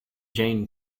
jain